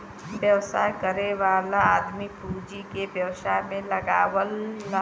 व्यवसाय करे वाला आदमी पूँजी के व्यवसाय में लगावला